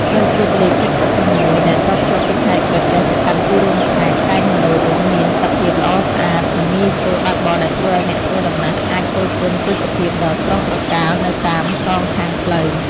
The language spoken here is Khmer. ផ្លូវជាតិលេខ៧៦ដែលតភ្ជាប់ពីខេត្តក្រចេះទៅកាន់ទីរួមខេត្តសែនមនោរម្យមានសភាពល្អស្អាត និង ងាយស្រួលបើកបរដែលធ្វើឱ្យអ្នកធ្វើដំណើរអាចគយគន់ទេសភាពដ៏ស្រស់ត្រកាលនៅតាមសងខាងផ្លូវ។